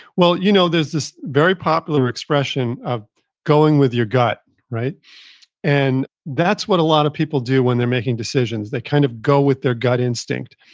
well, you know there's this very popular expression of going with your gut and that's what a lot of people do when they're making decisions. they kind of go with their gut instinct.